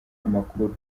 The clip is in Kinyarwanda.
amakuru